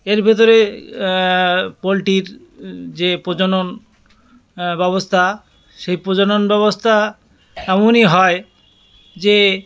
এর ভেতরে পোলট্রির যে প্রজনন ব্যবস্থা সেই প্রজনন ব্যবস্থা এমনই হয় যে